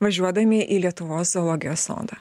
važiuodami į lietuvos zoologijos sodą